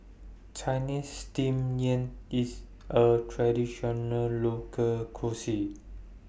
Chinese Steamed Yam IS A Traditional Local Cuisine